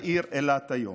העיר אילת היום.